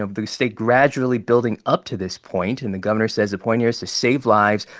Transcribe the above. ah the state gradually building up to this point. and the governor says the point here is to save lives,